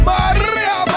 Maria